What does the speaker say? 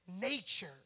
nature